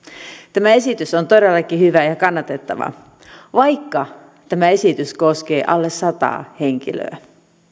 tämä esitys on todellakin hyvä ja ja kannatettava vaikka tämä esitys koskee alle sataa henkilöä